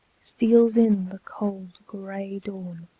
steals in the cold, gray dawn!